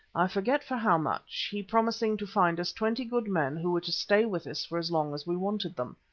i forget for how much, he promising to find us twenty good men who were to stay with us for as long as we wanted them.